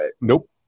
nope